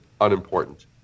unimportant